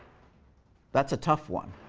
that's a tough one.